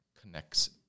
connects